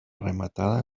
rematada